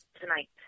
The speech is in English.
tonight